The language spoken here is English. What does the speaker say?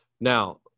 Now